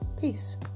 peace